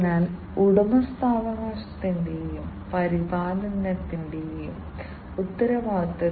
അതിനാൽ ഒരു സാധാരണ PLC സിസ്റ്റത്തിന് മെമ്മറി ഉണ്ട് കൂടാതെ ഈ PLC കൾ പ്രവർത്തിപ്പിക്കുന്ന വ്യത്യസ്ത പ്രോഗ്രാമുകളാണ് ഇവിടെയുള്ള ഇൻപുട്ട്